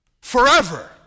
forever